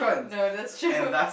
no that's true